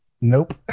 nope